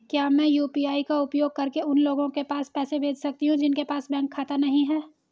क्या मैं यू.पी.आई का उपयोग करके उन लोगों के पास पैसे भेज सकती हूँ जिनके पास बैंक खाता नहीं है?